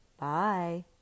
Bye